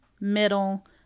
middle